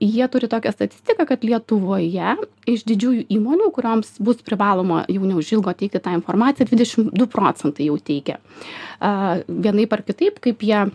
jie turi tokią statistiką kad lietuvoje iš didžiųjų įmonių kurioms bus privaloma jau neužilgo teikti tą informaciją dvidešimt du procentai jau teikia aaa vienaip ar kitaip kaip jie